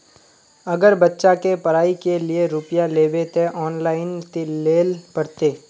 अगर बच्चा के पढ़ाई के लिये रुपया लेबे ते ऑनलाइन लेल पड़ते?